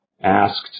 asked